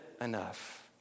enough